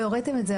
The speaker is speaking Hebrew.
לא הראיתן את זה,